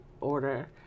order